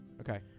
Okay